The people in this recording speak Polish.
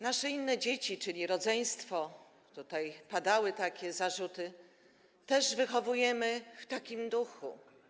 Nasze inne dzieci, czyli rodzeństwo, tutaj padały takie zarzuty, też wychowujemy w takim duchu.